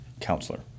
counselor